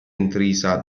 intrisa